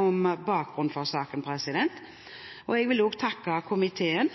om bakgrunnen for saken. Jeg vil også takke komiteen